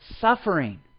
suffering